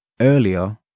earlier